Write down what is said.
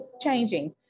changing